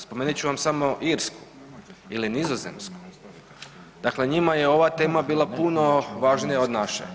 Spomenut ću vam samo Irsku ili Nizozemsku, dakle njima je ova tema bila puno važnija od naše.